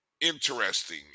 interesting